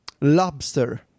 Lobster